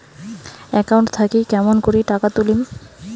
Account থাকি কেমন করি টাকা তুলিম?